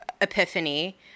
epiphany